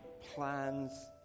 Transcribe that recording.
plans